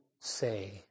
say